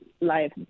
life